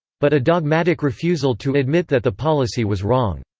but a dogmatic refusal to admit that the policy was wrong.